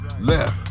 left